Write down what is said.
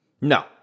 No